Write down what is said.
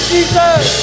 Jesus